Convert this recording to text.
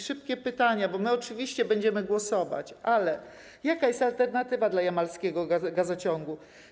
Szybkie pytanie, bo my oczywiście będziemy głosować, ale jaka jest alternatywa dla jamalskiego gazociągu?